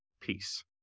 peace